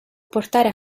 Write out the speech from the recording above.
portare